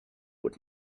would